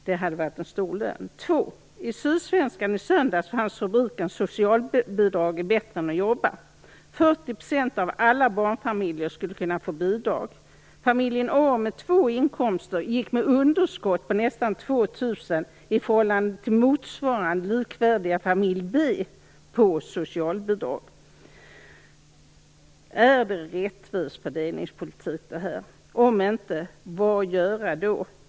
Det andra exemplet är hämtat från Sydsvenskan i söndags under rubriken "Socialbidrag är bättre än att jobba". 40 % av alla barnfamiljer skulle kunna få bidrag. Familjen A med två inkomster hade ett underskott på nästan 2 000 kr i förhållande till motsvarande likvärdiga familjen B som hade socialbidrag. Är detta rättvis fördelningspolitik? Om inte, vad göra då?